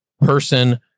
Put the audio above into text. person